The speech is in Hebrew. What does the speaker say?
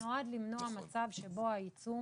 זה נועד למנוע מצב שבו העיצום